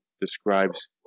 describes